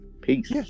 Peace